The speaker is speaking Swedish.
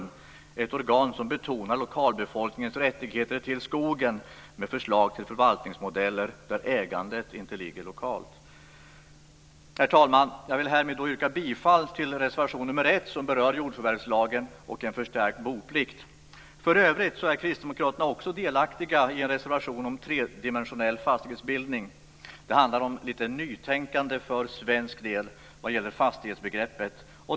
Det är ett organ som betonar lokalbefolkningens rättigheter till skogen med förslag till förvaltningsmodeller där ägandet inte ligger lokalt. Herr talman! Jag vill härmed yrka bifall till reservation nr 1 som berör jordförvärvslagen och en förstärkt boplikt. För övrigt är Kristdemokraterna också delaktiga i en reservation om tredimensionell fastighetsbildning. Det handlar om lite nytänkande för svensk del vad gäller fastighetsbegreppet.